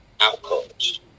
outcomes